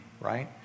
right